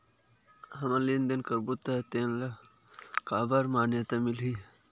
हमन लेन देन करबो त तेन ल काखर मान्यता मिलही?